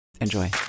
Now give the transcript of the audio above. Enjoy